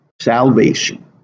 salvation